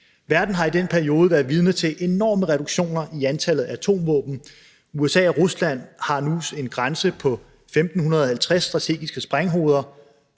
Verden her i den periode været vidne til enorme reduktioner i antallet af atomvåben. USA og Rusland har nu en grænse på 1.550 strategiske sprænghoveder.